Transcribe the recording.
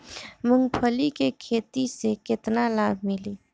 मूँगफली के खेती से केतना लाभ मिली?